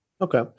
Okay